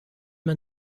man